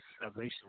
salvation